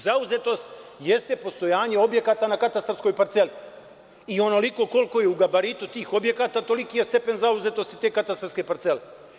Zauzetost jeste postojanje objekata na katastarskoj parceli i onoliko koliko je u gabaritu tih objekata, toliki je stepen zauzetosti te katastarske parcele.